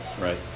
Right